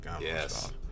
Yes